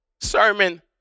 sermon